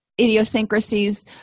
Idiosyncrasies